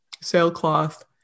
sailcloth